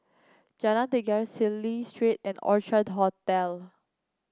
Jalan Tiga Cecil Street and Orchard Hotel